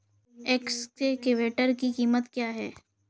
Excavator की कीमत क्या है?